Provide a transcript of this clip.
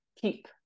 keep